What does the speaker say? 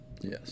Yes